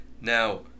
Now